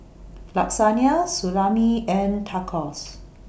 Lasagne Salami and Tacos